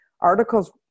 Articles